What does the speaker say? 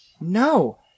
no